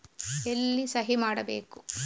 ಎಲ್ಲಿ ಸಹಿ ಮಾಡಬೇಕು?